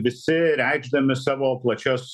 visi reikšdami savo plačias